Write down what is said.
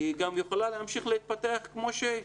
היא יכולה להמשיך להתפתח כמו שהיא,